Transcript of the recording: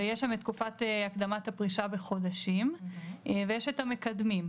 ויש שם את תקופת הקדמת הפרישה בחודשים ואת המקדמים.